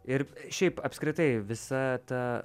ir šiaip apskritai visa ta